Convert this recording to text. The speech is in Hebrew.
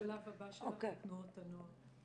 אוה, השלב הבא שלך, תנועות הנוער.